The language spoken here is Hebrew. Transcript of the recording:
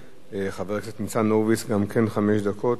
חבר הכנסת ניצן הורוביץ, גם כן חמש דקות, בבקשה.